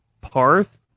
Parth